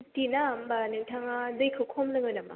fifty ना होनबा नोंथाङा दैखौ खम लोङो नामा